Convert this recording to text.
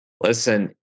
Listen